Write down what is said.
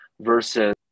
versus